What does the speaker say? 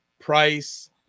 Price